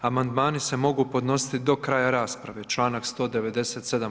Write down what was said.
Amandmani se mogu podnositi do kraja rasprave, članak 197.